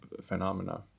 phenomena